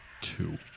two